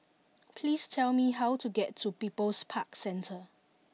please tell me how to get to People's Park Centre